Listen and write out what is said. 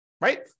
right